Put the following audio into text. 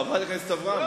חברת הכנסת אברהם,